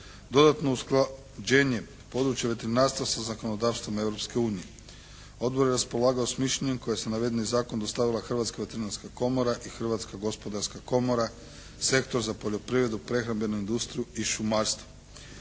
dodatno usklađenje područja veterinarstva sa zakonodavstvom Europske unije. Odbor je raspolagao sa mišljenjem koje je uz navedeni zakon dostavila Hrvatska veterinarska komora i Hrvatska gospodarska komora, sektor za poljoprivredu, prehrambenu industriju i šumarstvo.